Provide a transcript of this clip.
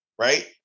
right